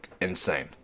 insane